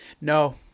no